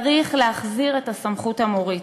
צריך להחזיר את הסמכות המורית,